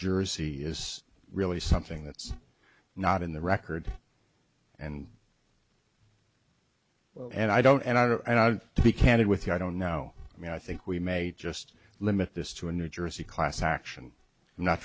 jersey is really something that's not in the record and and i don't and i don't and i want to be candid with you i don't know i mean i think we may just limit this to a new jersey class action